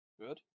Good